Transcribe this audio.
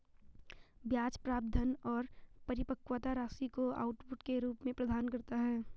ब्याज प्राप्त धन और परिपक्वता राशि को आउटपुट के रूप में प्रदान करता है